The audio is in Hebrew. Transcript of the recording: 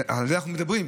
על זה אנחנו מדברים,